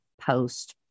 post